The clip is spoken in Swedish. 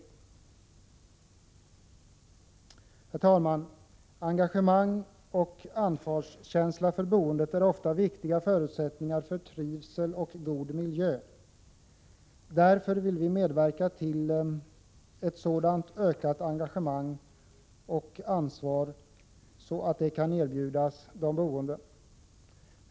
Herr talman! Engagemang och ansvarskänsla för boendet är ofta viktiga förutsättningar för trivsel och god miljö. Därför vill vi medverka till att ett sådant ökat engagemang och ansvar kan erbjudas de boende.